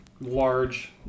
large